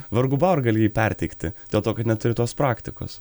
vargu bau ar gali jį perteikti dėl to kad neturi tos praktikos